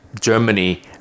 Germany